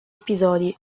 episodi